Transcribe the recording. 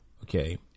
Okay